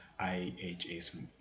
IHS